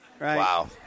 Wow